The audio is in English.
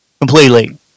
completely